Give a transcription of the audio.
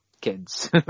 kids